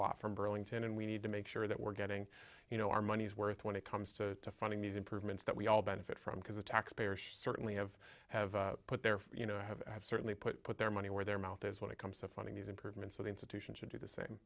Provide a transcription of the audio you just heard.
lot from burlington and we need to make sure that we're getting you know our money's worth when it comes to funding these improvements that we all benefit from because the taxpayer should certainly have have put their you know have have certainly put put their money where their mouth is when it comes to funding these improvements so the